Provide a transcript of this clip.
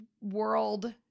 world